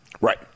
Right